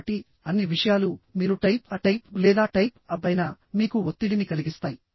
కాబట్టి అన్ని విషయాలు మీరు టైప్ A టైప్ B లేదా టైప్ AB అయినా మీకు ఒత్తిడిని కలిగిస్తాయి